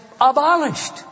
abolished